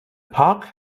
park